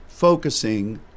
focusing